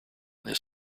this